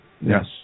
Yes